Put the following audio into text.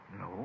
No